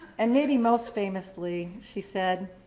and maybe most famously, she said,